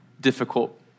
difficult